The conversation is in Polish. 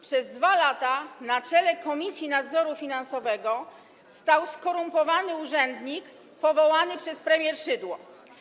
Przez 2 lata na czele Komisji Nadzoru Finansowego stał skorumpowany urzędnik powołany przez premier Szydło.